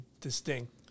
distinct